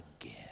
again